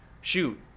shoot